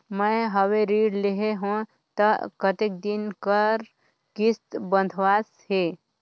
मैं हवे ऋण लेहे हों त कतेक दिन कर किस्त बंधाइस हे?